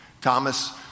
Thomas